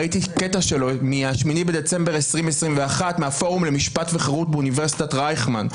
ראיתי קטע שלו מ-8.12.21 מהפורום למשפט וחירות באוניברסיטת רייכמן.